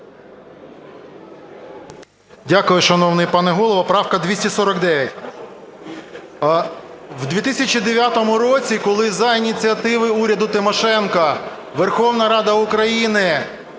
Дякую, шановний пане Голово. Правка 249. В 2009 році, коли за ініціативи уряду Тимошенко Верховна Рада України